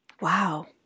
Wow